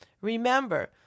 Remember